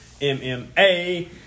MMA